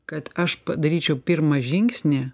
kad aš padaryčiau pirmą žingsnį